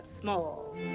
small